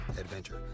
adventure